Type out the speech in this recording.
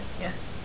Yes